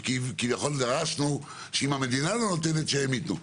שכביכול דרשנו שאם המדינה לא נותנת שהם ייתנו.